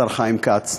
השר חיים כץ: